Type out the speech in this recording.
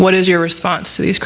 what is your response